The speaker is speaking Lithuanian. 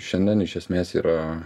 šiandien iš esmės yra